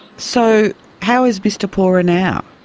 so how is mr pora now?